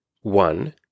one